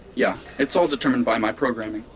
yeah, it's all determined by my programming.